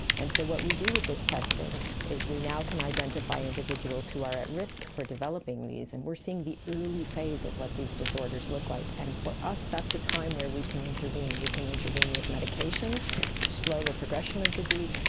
and so what we do with this testing is we now can identify individuals who are at risk for developing these, and we are seeing the early phase of what these disorders look like, and for us that's a time where we can intervene. we can intervene with medications to slow the progression of disease,